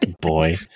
boy